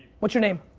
what's your name?